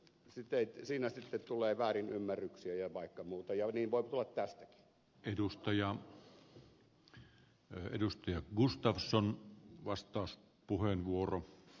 siinä sitten tulee väärin ymmärryksiä ja vaikka mitä ja niin voi tulla tästäkin